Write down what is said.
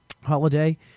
holiday